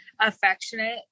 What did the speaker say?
affectionate